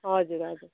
हजुर हजुर